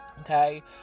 okay